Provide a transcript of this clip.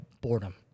boredom